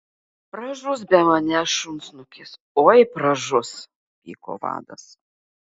pražus be manęs šunsnukis oi pražus pyko vadas